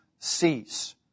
Cease